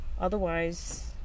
Otherwise